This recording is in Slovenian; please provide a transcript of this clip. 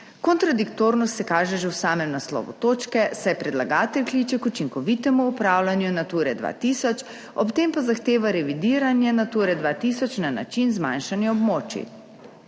Kontradiktornost se kaže že v samem naslovu točke, saj predlagatelj kliče k učinkovitemu upravljanju Nature 2000, ob tem pa zahteva revidiranje Nature 2000 na način zmanjšanja območij.